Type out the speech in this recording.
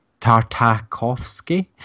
Tartakovsky